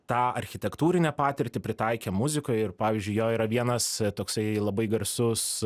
tą architektūrinę patirtį pritaikė muzikoj ir pavyzdžiui jo yra vienas toksai labai garsus